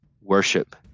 worship